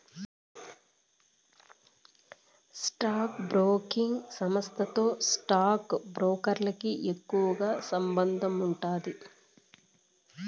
stock broking సంస్థతో stock బ్రోకర్లకి ఎక్కువ సంబందముండాది